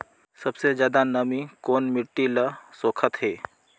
सबले ज्यादा नमी कोन मिट्टी ल सोखत हे?